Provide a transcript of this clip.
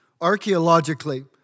archaeologically